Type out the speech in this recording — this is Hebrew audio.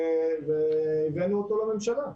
והבאנו אותו לממשלה.